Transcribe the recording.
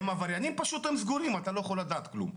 הם עבריינים פשוט הם סגורים ואתה לא יכול לדעת כלום.